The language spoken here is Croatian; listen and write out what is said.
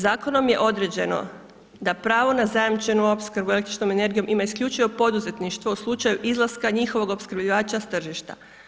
Zakonom je određeno da pravo na zajamčenu opskrbu električnom energijom ima isključivo poduzetništvo u slučaju izlaska njihovog opskrbljivača sa tržišta.